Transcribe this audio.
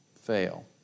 fail